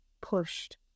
pushed